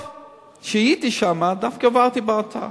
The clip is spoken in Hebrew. כשהייתי שם דווקא עברתי באתר